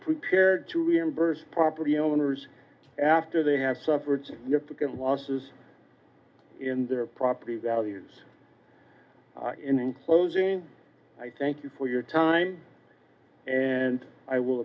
prepared to reimburse property owners after they have suffered significant losses in their property values in closing i thank you for your time and i will